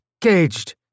caged